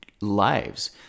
lives